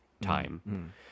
time